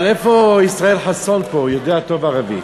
אבל איפה ישראל חסון, הוא יודע טוב ערבית.